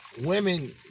women